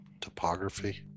topography